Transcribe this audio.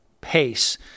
pace